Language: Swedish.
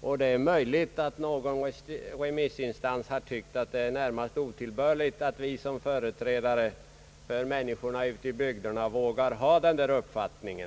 och det är möjligt att någon remissinstans har tyckt att det närmast är otillbörligt att vi som företrädare för människorna ute i bygderna vågar ha vår uppfattning.